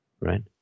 right